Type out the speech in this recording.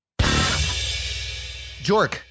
Jork